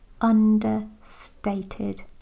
understated